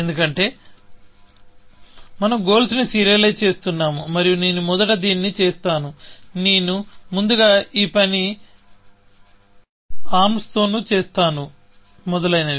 ఎందుకంటే మనం గోల్స్ ను సీరియలైజ్ చేస్తున్నాము మరియు నేను మొదట దీన్ని చేస్తాను నేను ముందుగా ఈ పని అర్మ్స్ తో చేస్తాను మొదలైనవి